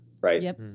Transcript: right